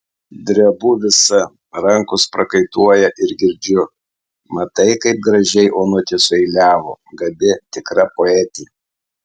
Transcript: drebu visa rankos prakaituoja ir girdžiu matai kaip gražiai onutė sueiliavo gabi tikra poetė